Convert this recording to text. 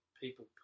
people